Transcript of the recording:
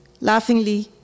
Laughingly